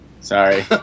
Sorry